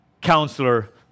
Counselor